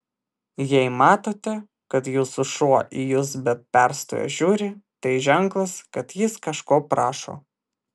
jei matote kad jūsų šuo į jus be perstojo žiūri tai ženklas kad jis kažko prašo